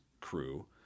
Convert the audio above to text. crew